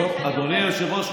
אדוני היושב-ראש,